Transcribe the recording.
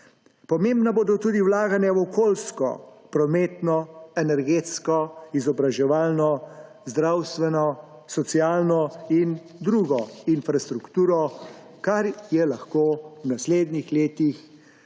Pomembna bodo tudi vlaganja v okoljsko, prometno, energetsko, izobraževalno, zdravstveno, socialno in drugo infrastrukturo, kar lahko v naslednjih letih